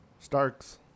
Starks